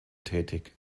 tätig